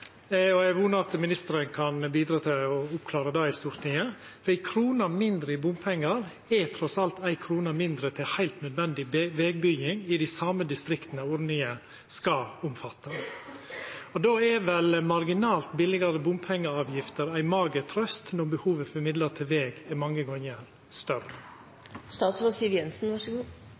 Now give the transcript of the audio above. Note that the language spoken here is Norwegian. og eg vonar at ministeren kan bidra til å oppklara det i Stortinget. Ei krone mindre i bompengar er trass alt ei krone mindre til heilt nødvendig vegbygging i dei same distrikta som ordninga skal omfatta. Då er vel marginalt billegare bompengeavgift ei mager trøst når behovet for midlar til veg er mange gonger